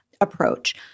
approach